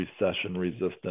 recession-resistant